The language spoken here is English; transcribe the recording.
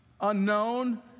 unknown